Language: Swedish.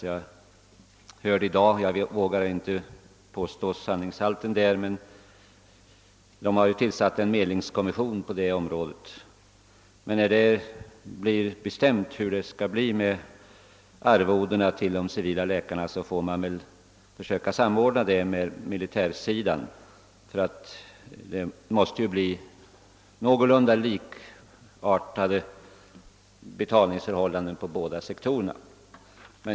Jag hörde just i dag — jag vågar dock inte yttra mig om sanningshalten i detta — att man har tillsatt en medlingskommission på det området. När det blir bestämt hur det skall bli med arvodena till de civila läkarna får man väl försöka samordna överenskommelsen med dem med överenskommelsen med läkarna på militärsidan; det måste bli någorlunda likartade betalningsförhållanden på de båda sektorerna.